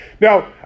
Now